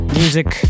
music